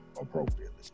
appropriately